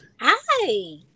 Hi